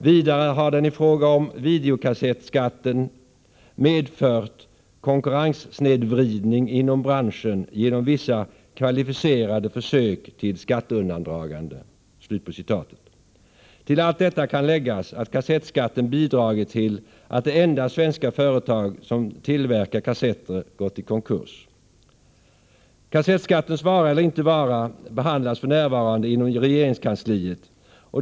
Vidare har den i fråga om videokassetten medfört konkurrenssnedvridning inom branschen genom vissa kvalificerade försök till skatteundandragande.” Till allt detta kan läggas att kassettskatten bidragit till att det enda svenska företag som tillverkar kassetter gått i konkurs. Kassettskattens vara eller inte vara behandlas för närvarande inom regeringskansliet.